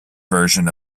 version